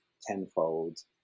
tenfold